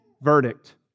verdict